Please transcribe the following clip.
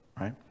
right